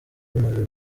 imaze